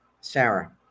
Sarah